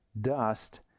DUST